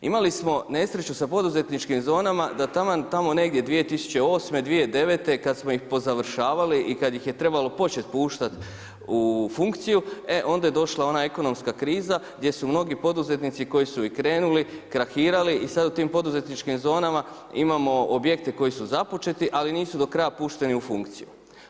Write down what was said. Imali smo nesreću sa poduzetničkim zonama da taman tamo negdje 2008., 2009. kad smo ih pozavršavali i kad ih je trebalo početi puštati u funkciju, e onda je došla ona ekonomska kriza gdje su mnogi poduzetnici koji su i krenuli krahirali i sad u tim poduzetničkim zonama imamo objekte koji su započeti ali nisu do kraja pušteni u funkciju.